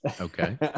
Okay